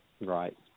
right